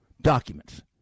documents